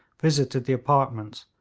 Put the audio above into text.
visited the apartments,